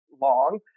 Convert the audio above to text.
long